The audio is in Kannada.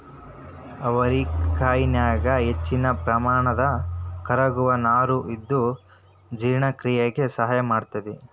ಅವರಿಕಾಯನ್ಯಾಗ ಅತಿಹೆಚ್ಚಿನ ಪ್ರಮಾಣದ ಕರಗುವ ನಾರು ಇದ್ದು ಜೇರ್ಣಕ್ರಿಯೆಕ ಸಹಾಯ ಮಾಡ್ತೆತಿ